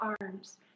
arms